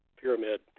pyramid